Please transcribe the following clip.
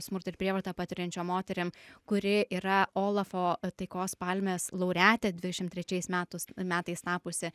smurtą ir prievartą patiriančiom moterim kuri yra olafo taikos palmės laureatė dvidešim trečiais metus metais tapusi